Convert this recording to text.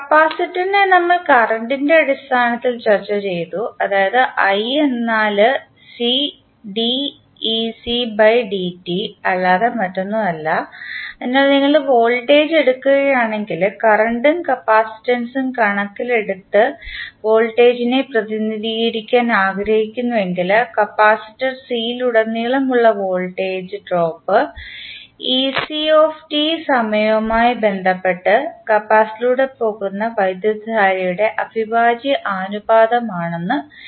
capacitor നെ നമ്മൾ കറന്റിൻറെ അടിസ്ഥാനത്തിൽ ചർച്ചചെയ്തു അതായത് എന്നാൽ അല്ലാതെ മറ്റൊന്നുമല്ല അതിനാൽ നിങ്ങൾ വോൾട്ടേജ് എടുക്കുകയാണെങ്കിൽ കറന്റും കപ്പാസിറ്റൻസും കണക്കിലെടുത്ത് വോൾട്ടേജിനെ പ്രതിനിധീകരിക്കാൻ ആഗ്രഹിക്കുന്നുവെങ്കിൽ കപ്പാസിറ്റർ C സിയിലുടനീളം ഉള്ള വോൾട്ടേജ് ഡ്രോപ്പ് സമയവുമായി ബന്ധപ്പെട്ട് കപ്പാസിറ്ററിലൂടെ പോകുന്ന വൈദ്യുതധാരയുടെ അവിഭാജ്യ അനുപാതം ആണ് എന്ന് എഴുതാൻ കഴിയും